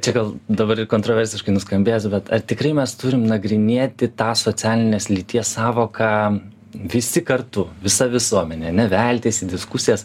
čia gal dabar ir kontroversiškai nuskambės bet ar tikrai mes turim nagrinėti tą socialinės lyties sąvoką visi kartu visa visuomenė ane veltis į diskusijas